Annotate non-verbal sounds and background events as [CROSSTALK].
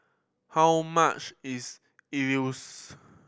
how much is Idili [UNINTELLIGIBLE]